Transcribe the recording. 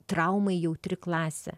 traumai jautri klasė